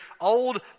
old